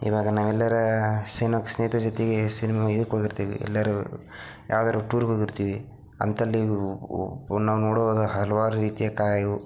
ಇವಾಗ ನಾವೆಲ್ಲರು ಸ್ನೇಹಿತ್ರ ಜೊತೆಗೆ ಸಿನ್ ಇದಕ್ಕೆ ಹೋಗಿರ್ತೀವಿ ಎಲ್ಲರು ಯಾವ್ದಾದ್ರೂ ಟೂರ್ಗೆ ಹೋಗಿರ್ತೀವಿ ಅಂಥಲ್ಲಿ ನಾವು ನೋಡುವ ಹಲವಾರು ರೀತಿಯ ಕಾಯು